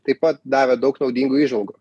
taip pat davė daug naudingų įžvalgų